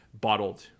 bottled